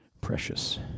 precious